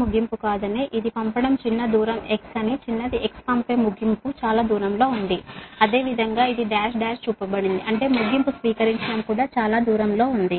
ముగింపు కాదని ఇది పంపడం చిన్న దూరం x అని చిన్నది x పంపే ముగింపు చాలా దూరంలో ఉంది అదేవిధంగా ఇది డాష్ డాష్ చూపబడింది అంటే ముగింపు స్వీకరించడం కూడా చాలా దూరంలో ఉంది